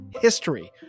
history